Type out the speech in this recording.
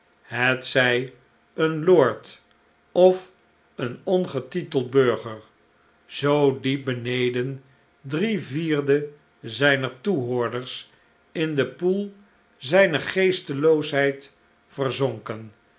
hetzij een lord of een ongetiteld burger zoo diep beneden drie vierde zijner toehoorders in den poel zijner geesteloosheid verzonken